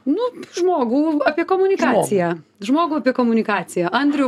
nu žmogų apie komunikaciją žmogų apie komunikaciją andrių